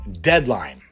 deadline